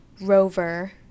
Rover